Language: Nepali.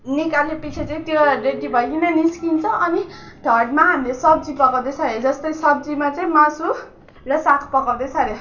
निकालेपछे चाहिँ त्यो रेडी भइकन निस्किन्छ अनि थर्डमा हामी सब्जी पकाउँदैछ अरे जस्तै सब्जीमा चाहिँ मासु र साग पकाउँदैछ अरे